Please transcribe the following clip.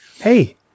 Hey